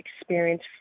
experience